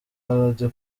melodie